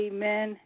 Amen